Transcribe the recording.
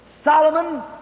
Solomon